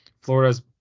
Florida's